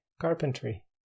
carpentry